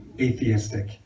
atheistic